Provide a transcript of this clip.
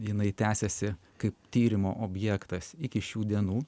jinai tęsiasi kaip tyrimų objektas iki šių dienų